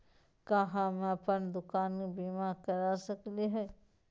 का हम अप्पन दुकान के बीमा करा सकली हई?